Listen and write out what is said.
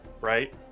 right